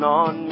on